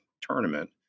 tournament